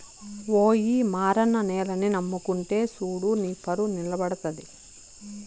ఓయి మారన్న నేలని నమ్ముకుంటే సూడు నీపరువు నిలబడతది